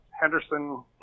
Henderson